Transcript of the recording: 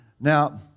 Now